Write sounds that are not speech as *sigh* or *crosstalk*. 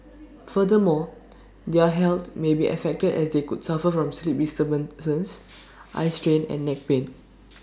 *noise* furthermore their health may be affected as they could suffer from sleep disturbances eye strain and neck pain